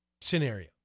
scenario